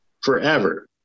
forever